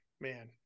man